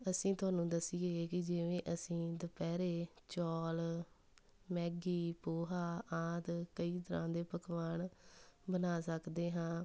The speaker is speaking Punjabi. ਅਸੀਂ ਤੁਹਾਨੂੰ ਦੱਸੀਏ ਕਿ ਜਿਵੇਂ ਅਸੀਂ ਦੁਪਹਿਰੇ ਚੌਲ ਮੈਗੀ ਪੋਹਾ ਆਦਿ ਕਈ ਤਰ੍ਹਾਂ ਦੇ ਪਕਵਾਨ ਬਣਾ ਸਕਦੇ ਹਾਂ